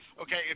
okay